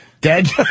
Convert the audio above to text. Dead